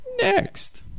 Next